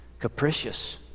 capricious